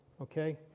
okay